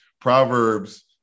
Proverbs